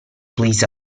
please